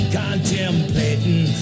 contemplating